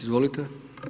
Izvolite.